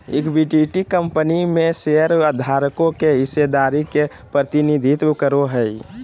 equity company में शेयरधारकों के हिस्सेदारी के प्रतिनिधित्व करो हइ